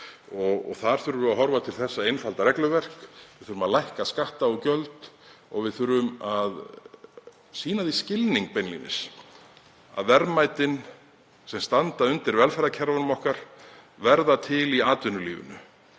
og þar þurfum við að horfa til þess að einfalda regluverk. Við þurfum að lækka skatta og gjöld og við þurfum að sýna því skilning að verðmætin sem standa undir velferðarkerfunum okkar verða til í atvinnulífinu.